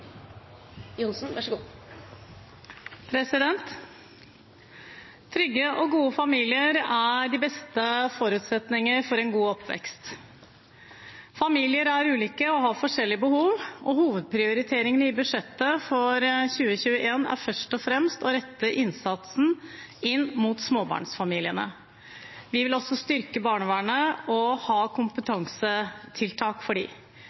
ulike og har forskjellige behov, og hovedprioriteringene i budsjettet for 2021 er først og fremst å rette innsatsen inn mot småbarnsfamiliene. Vi vil også styrke barnevernet og ha kompetansetiltak for dem. Likeledes er det også inntektsutjevnende tiltak i budsjettet. Ett av dem er at vi øker barnetrygden igjen for de